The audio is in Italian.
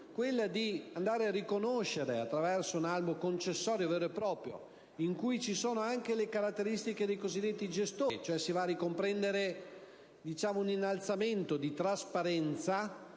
fondamentali, per riconoscere, attraverso un albo concessorio vero e proprio - in cui ci sono anche le caratteristiche dei cosiddetti gestori e si va a ricomprendere un innalzamento di trasparenza,